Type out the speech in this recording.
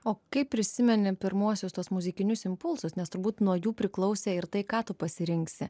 o kaip prisimeni pirmuosius tuos muzikinius impulsus nes turbūt nuo jų priklausė ir tai ką tu pasirinksi